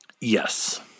Yes